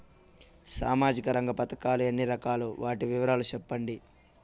సామాజిక రంగ పథకాలు ఎన్ని రకాలు? వాటి వివరాలు సెప్పండి